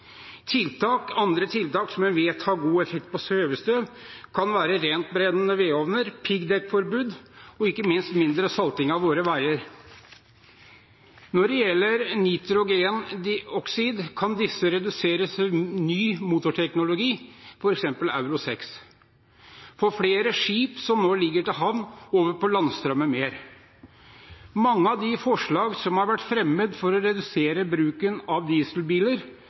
tiltak som en vet har god effekt på svevestøv, kan være rentbrennende vedovner, piggdekkforbud og ikke minst mindre salting av våre veier. Når det gjelder nitrogendioksid, kan disse utslippene reduseres med ny motorteknologi, f.eks. Euro 6, og at en får flere skip som nå ligger til havn, over på landstrøm, m.m. Mange av de forslagene som har vært fremmet for å redusere bruken av dieselbiler